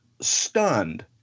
stunned